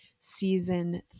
Season